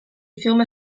fiume